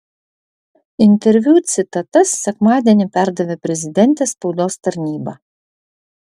interviu citatas sekmadienį perdavė prezidentės spaudos tarnyba